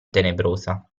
tenebrosa